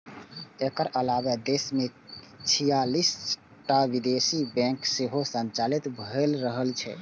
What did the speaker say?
एकर अलावे देश मे छियालिस टा विदेशी बैंक सेहो संचालित भए रहल छै